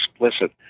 explicit